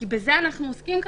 כי בזה אנחנו עוסקים כרגע,